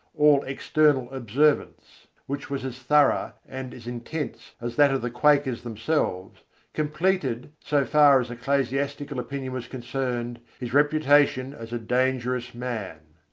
all external observance which was as thorough and as intense as that of the quakers themselves completed, so far as ecclesiastical opinion was concerned, his reputation as a dangerous man.